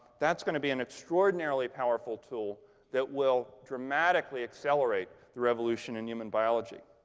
that's going to be an extraordinarily powerful tool that will dramatically accelerate the revolution in human biology.